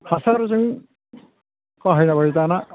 हासारजों बाहायला बायो दाना